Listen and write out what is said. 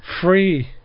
Free